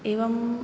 एवम्